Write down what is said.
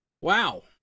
Wow